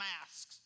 masks